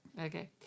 okay